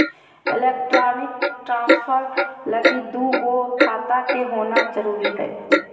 electronic transfer लगी दू गो खाता के होना जरूरी हय